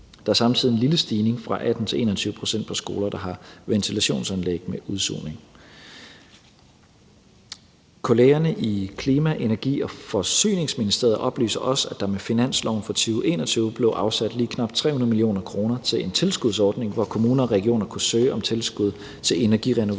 Der er samtidig en lille stigning fra 18 til 21 pct. på skoler, der har ventilationsanlæg med udsugning. Kollegerne i Klima-, Energi- og Forsyningsministeriet oplyser også, at der med finansloven for 2021 blev afsat lige knap 300 mio. kr. til en tilskudsordning, hvormed kommuner og regioner kunne søge om tilskud til energirenoveringer